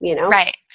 Right